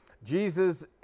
Jesus